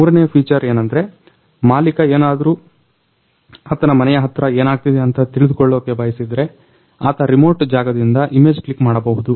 ಮೂರನೇ ಫೀಚರ್ ಎನಂದ್ರೆ ಮಾಲಿಕ ಎನಾದ್ರು ಆತನ ಮನೆಯ ಹತ್ರ ಏನಾಗ್ತಿದೆ ಅಂತ ತಿಳ್ಕೊಳ್ಳೊಕೆ ಬಯಸಿದ್ರೆ ಆತ ರಿಮೋಟ್ ಜಾಗದಿಂದ ಇಮೇಜ್ ಕ್ಲಿಕ್ ಮಾಡಬಹುದು